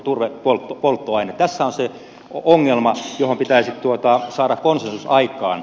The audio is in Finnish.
tässä on se ongelma johon pitäisi saada konsensus aikaan